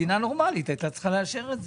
מדינה נורמלית הייתה צריכה לאשר את זה.